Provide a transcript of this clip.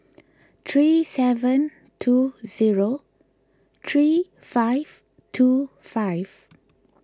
three seven two zero three five two five